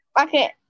Okay